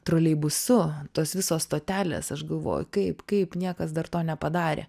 troleibusu tos visos stotelės aš galvoju kaip kaip niekas dar to nepadarė